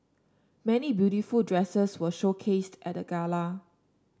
many beautiful dresses were showcased at the gala